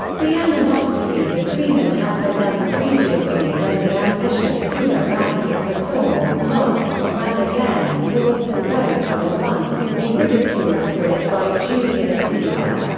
the animosity between them had begun previously when the ambitious sulla ran for praetor, lost, ran again, bought some votes and won, to be ridiculed for it by julius caesar.